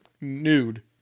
nude